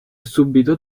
subito